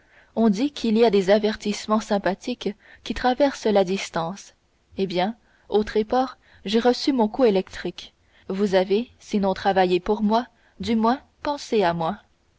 on dit qu'il y a des avertissements sympathiques qui traversent la distance eh bien au tréport j'ai reçu mon coup électrique vous avez sinon travaillé pour moi du moins pensé à moi